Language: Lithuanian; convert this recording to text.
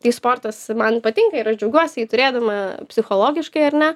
tai sportas man patinka ir aš džiaugiuosi jį turėdama psichologiškai ar ne